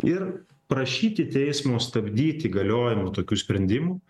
ir prašyti teismo stabdyt įgaliojimą tokių sprendimų